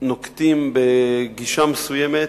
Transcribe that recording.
נוקטים גישה מסוימת,